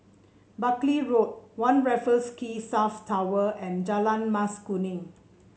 Buckley Road One Raffles Quay South Tower and Jalan Mas Kuning